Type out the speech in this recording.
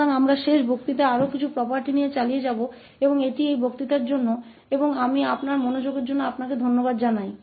तो हम पिछले व्याख्यान में कुछ और गुणों के साथ जारी रखेंगे और इस व्याख्यान के लिए बस इतना ही और आपके ध्यान के लिए मैं आपको धन्यवाद देता हूं